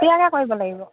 কেতিয়াকে কৰিব লাগিব